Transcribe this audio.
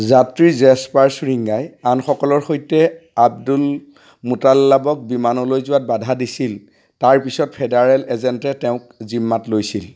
যাত্ৰী জেছপাৰ চুৰিঙ্গাই আনসকলৰ সৈতে আব্দুল মুতাল্লাবক বিমানলৈ যোৱাত বাধা দিছিল তাৰ পিছত ফেডাৰেল এজেণ্টে তেওঁক জিম্মাত লৈছিল